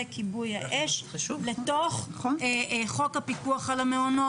כיבוי האש לתוך חוק הפיקוח על המעונות.